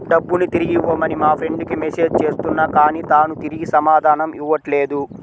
డబ్బుని తిరిగివ్వమని మా ఫ్రెండ్ కి మెసేజ్ చేస్తున్నా కానీ తాను తిరిగి సమాధానం ఇవ్వట్లేదు